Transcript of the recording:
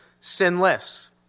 sinless